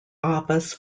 office